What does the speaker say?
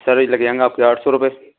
سر یہ لگ جائیں گے آپ کے آٹھ سو روپئے